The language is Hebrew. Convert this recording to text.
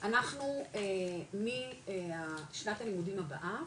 אנחנו משנת הלימודים הבאה,